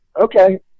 Okay